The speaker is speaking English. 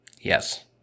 Yes